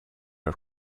our